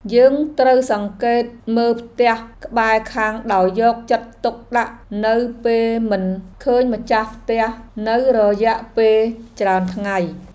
យើងត្រូវសង្កេតមើលផ្ទះក្បែរខាងដោយយកចិត្តទុកដាក់នៅពេលមិនឃើញម្ចាស់ផ្ទះនៅរយៈពេលច្រើនថ្ងៃ។